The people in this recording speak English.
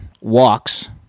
walks